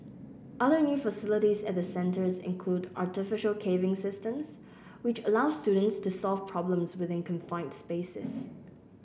other new facilities at the centres include artificial caving systems which allow students to solve problems within confined spaces